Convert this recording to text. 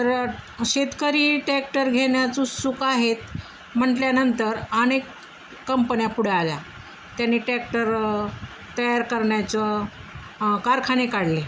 तर शेतकरी टॅक्टर घेण्याचं उच सुख आहेत म्हटल्यानंतर अनेक कंपन्या फ पुढं आल्या त्याने टॅक्टर तयार करण्याचं कारखाने काढले